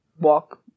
walk